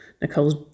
Nicole's